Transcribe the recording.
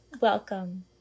welcome